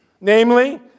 Namely